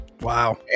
Wow